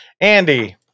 Andy